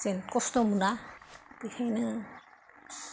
जेन खस्थ' मोना बेनिखायनो